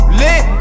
lit